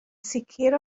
sicr